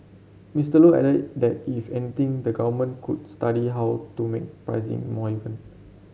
Mister Low added that if anything the government could study how to make pricing more even